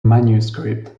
manuscript